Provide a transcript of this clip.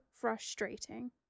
frustrating